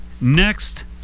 next